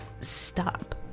stop